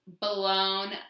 blown